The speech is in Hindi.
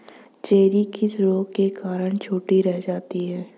चेरी किस रोग के कारण छोटी रह जाती है?